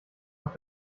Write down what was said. auf